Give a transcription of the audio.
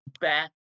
back